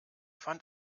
fand